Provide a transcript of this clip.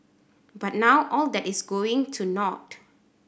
but now all that is going to naught